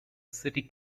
city